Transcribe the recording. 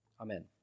Amen